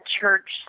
church